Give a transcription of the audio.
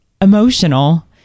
emotional